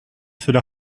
cela